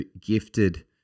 gifted